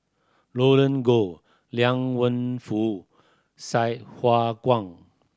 Roland Goh Liang Wenfu Sai Hua Kuan